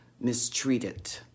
mistreated